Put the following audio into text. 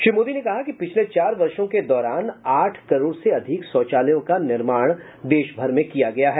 श्री मोदी ने कहा कि पिछले चार वर्षो के दौरान आठ करोड़ से अधिक शौचालयों का निर्माण देशभर में किया गया है